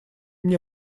мне